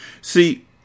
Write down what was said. See